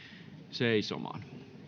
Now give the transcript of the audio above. seisomaan